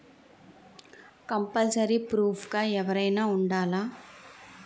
Compulsory proof గా ఎవరైనా ఉండాలా?